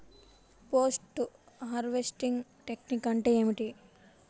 Post harvesting technique అంటే ఏమిటీ?